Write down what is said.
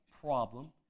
problem